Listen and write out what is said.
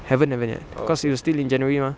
haven't haven't yet because it was still in january mah